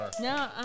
No